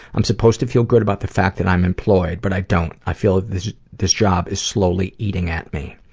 i'm supposed to feel good about the fact that i'm employed, but i don't. i feel this this job is slowly eating at me.